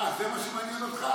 אה, זה מה שמעניין אותך?